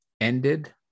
ended